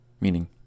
meaning